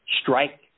strike